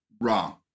wrong